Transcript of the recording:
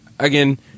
Again